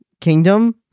kingdom